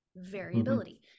variability